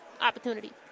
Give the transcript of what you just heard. opportunity